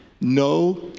no